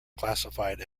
classified